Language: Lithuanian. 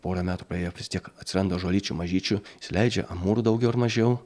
porą metų praėjo vis tiek atsiranda žolyčių mažyčių įsileidžia amūrų daugiau ar mažiau